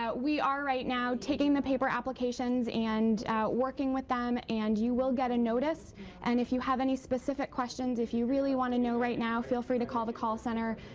we are rate now taking the paper applications and working with them and you will get a notice and, if you have any specific questions, if you really want to know rate now, feel free to call the call center,